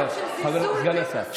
של זלזול.